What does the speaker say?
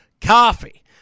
coffee